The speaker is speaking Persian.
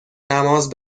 نماز